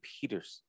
Peterson